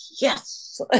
yes